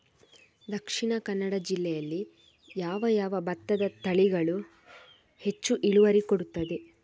ದ.ಕ ಜಿಲ್ಲೆಯಲ್ಲಿ ಯಾವ ಯಾವ ಭತ್ತದ ತಳಿಗಳು ಹೆಚ್ಚು ಇಳುವರಿ ಕೊಡುತ್ತದೆ?